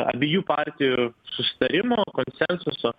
abiejų partijų susitarimo konsensuso